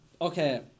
Okay